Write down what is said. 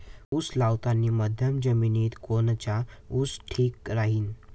उस लावतानी मध्यम जमिनीत कोनचा ऊस ठीक राहीन?